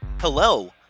Hello